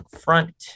front